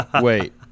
Wait